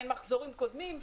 אין מחזורים קודמים.